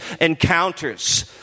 encounters